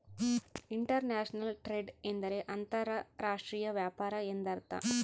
inter national trade ಎಂದರೆ ಅಂತರ್ ರಾಷ್ಟ್ರೀಯ ವ್ಯಾಪಾರ ಎಂದರ್ಥ